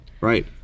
Right